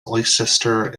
leicester